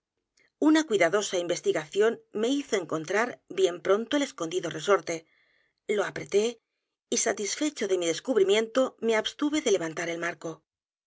una cuidadosa investigación me hizo enc o n t r a r bien pronto el escondido resorte lo apreté y satisfecho de mi descubrimiento me abstuve de levantar el marco